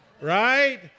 right